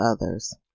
others